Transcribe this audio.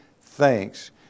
thanks